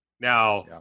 now